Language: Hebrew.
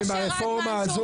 שהרפורמה הזו היא כאילו